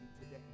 today